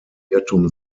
irrtum